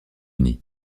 uni